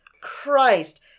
Christ